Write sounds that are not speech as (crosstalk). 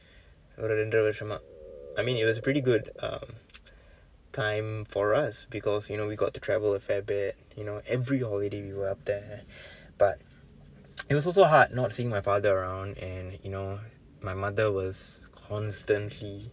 ஒரு இரண்டிர வருடமா:oru irandira varudamaa I mean it was a pretty good um time for us because you know we got to travel a fair bit you know every holiday we were up there but (noise) it was also hard not seeing my father around and you know my mother was constantly